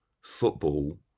football